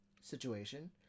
situation